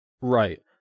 right